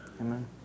amen